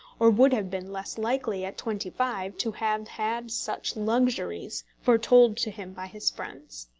or would have been less likely at twenty-five to have had such luxuries foretold to him by his friends.